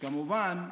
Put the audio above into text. כמובן,